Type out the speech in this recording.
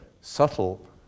subtle